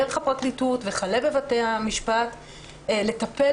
דרך הפרקליטות וכלה בבתי המשפט לטפל